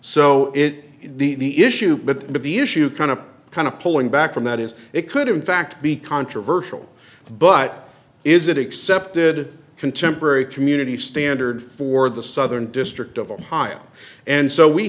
so it is the issue but the issue kind of kind of pulling back from that is it could in fact be controversial but is it accepted contemporary community standard for the southern district of ohio and so we